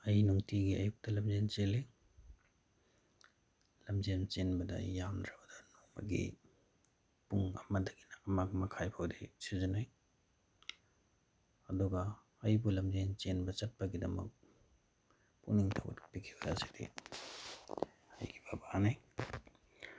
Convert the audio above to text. ꯑꯩ ꯅꯨꯡꯇꯤꯒꯤ ꯑꯌꯨꯛꯇ ꯂꯝꯖꯦꯜ ꯆꯦꯜꯂꯤ ꯂꯝꯖꯦꯜ ꯆꯦꯟꯕꯗ ꯑꯩ ꯌꯥꯝꯗ꯭ꯔꯕꯗ ꯅꯣꯡꯃꯒꯤ ꯄꯨꯡ ꯑꯃꯗꯒꯤꯅ ꯑꯃ ꯃꯈꯥꯏ ꯐꯥꯎꯗꯤ ꯁꯤꯖꯤꯟꯅꯩ ꯑꯗꯨꯒ ꯑꯩꯕꯨ ꯂꯝꯖꯦꯜ ꯆꯦꯟꯕ ꯆꯠꯄꯒꯤꯗꯃꯛ ꯄꯨꯛꯅꯤꯡ ꯊꯧꯒꯠꯄꯤꯈꯤꯕ ꯑꯁꯤꯗꯤ ꯑꯩꯒꯤ ꯕꯕꯥꯅꯤ